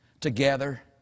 together